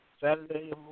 Saturday